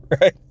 right